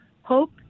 hope